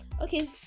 okay